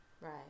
Right